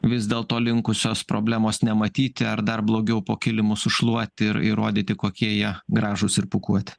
vis dėlto linkusios problemos nematyti ar dar blogiau po kilimu sušluoti ir įrodyti kokie jie gražūs ir pūkuoti